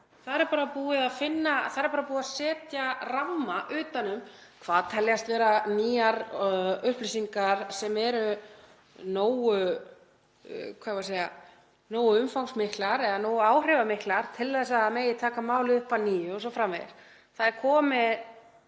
Þar er bara búið að setja ramma utan um hvað teljast vera nýjar upplýsingar sem séu nógu umfangsmiklar eða nógu áhrifamiklar til að það megi taka málið upp að nýju o.s.frv. Það er komin